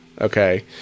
okay